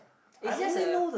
it's just a